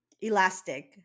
Elastic